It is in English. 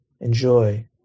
enjoy